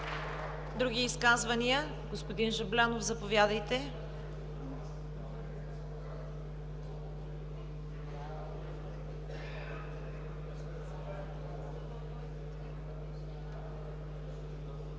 Други изказвания? Господин Жаблянов, заповядайте.